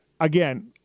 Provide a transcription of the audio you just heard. Again